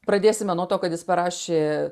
pradėsime nuo to kad jis parašė